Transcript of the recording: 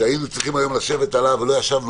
שהיינו צריכים היום לשבת עליו ולא ישבנו